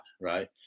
right